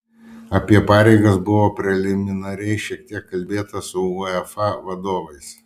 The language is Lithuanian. apie pareigas buvo preliminariai šiek tiek kalbėta su uefa vadovais